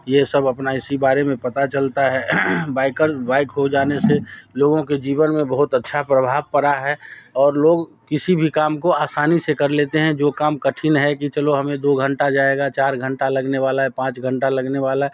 ये सब अपना इसी बारे में पता चलता है बाइकर बाइक हो जाने से लोगों के जीवन में बहुत अच्छा प्रभाव पड़ा है और लोग किसी भी काम को आसानी से कर लेते हैं जो काम कठिन है कि चलो हमें दो घंटा जाएगा चार घंटा लगने वाला है पाँच घंटा लगने वाला है